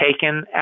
taken